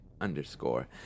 underscore